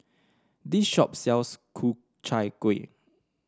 this shop sells Ku Chai Kueh